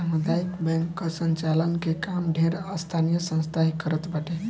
सामुदायिक बैंक कअ संचालन के काम ढेर स्थानीय संस्था ही करत बाटे